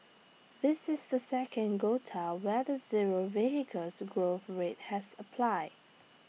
this is the second quota where the zero vehicles growth rate has applied